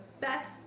best